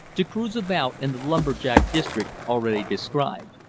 to cruise about in the lumber-jack district already described.